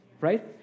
right